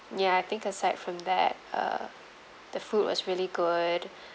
ya I think aside from that err the food was really good